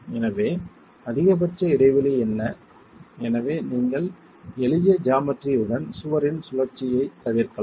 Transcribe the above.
எனவே அதிகபட்ச இடைவெளி என்ன எனவே நீங்கள் எளிய ஜாமெட்ரி உடன் சுவரின் சுழற்சியைத் தவிர்க்கலாம்